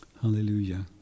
Hallelujah